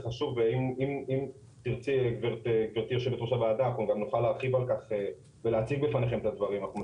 ואם תרצי נוכל להרחיב על כך ולהציג בפניכם את הדברים.